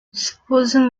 supposing